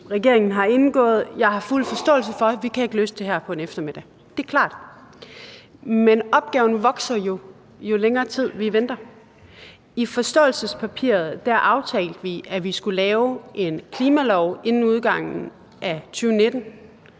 regeringen har indgået. Jeg har fuld forståelse for, at vi ikke kan løse det her på en eftermiddag. Det er klart. Men opgaven vokser jo, jo længere tid vi venter. I forståelsespapiret aftalte vi, at vi skulle lave en klimalov inden udgangen af 2019.